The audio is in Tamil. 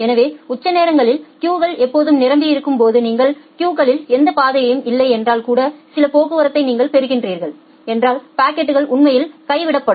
எனவே உச்ச நேரங்களில் கியூகள் எப்போதும் நிரம்பியிருக்கும் போது நீங்கள் கியூகளில் எந்த பாதையும் இல்லை என்றால் கூட சில போக்குவரத்தை நீங்கள் பெறுகிறீர்கள் என்றால் பாக்கெட்கள் உண்மையில் கைவிடப்படும்